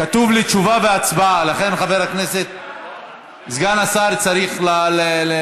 כתוב לי "תשובה והצבעה", לכן סגן השר צריך להשיב.